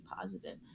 positive